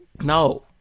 No